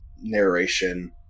narration